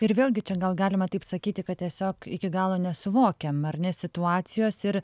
ir vėlgi čia gal galima taip sakyti kad tiesiog iki galo nesuvokiam ar ne situacijos tai yra